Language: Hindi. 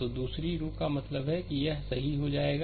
तो दूसरी रो का मतलब है कि यह सही जाएगा